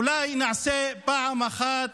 אולי נעשה פעם אחת